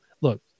look